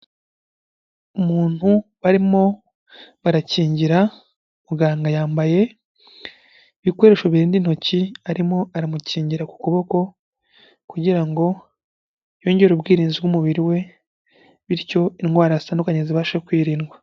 Umuntu barimo barakingira muganga yambaye ibikoresho birinda intoki arimo aramukingira ku kuboko kugira ngo yongere ubwirinzi bw'umubiri we, bityo indwara zitandukanye zibashe kwirindwa.